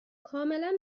کاملا